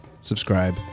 subscribe